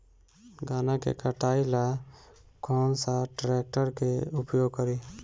गन्ना के कटाई ला कौन सा ट्रैकटर के उपयोग करी?